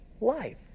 life